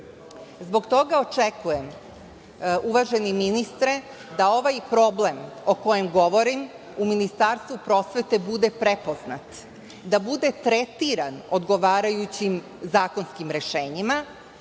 toga očekujem, uvaženi ministre, da ovaj problem o kojem govorim u Ministarstvu prosvete, bude prepoznat, da bude tretiran odgovarajućim zakonskim rešenjima.